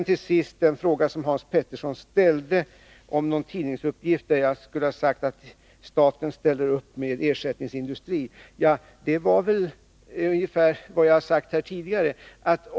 Till sist frågade Hans Petersson om en tidningsuppgift där jag skulle ha sagt att staten ställer upp med ersättningsindustri. Det var ungefär vad jag sagt här tidigare.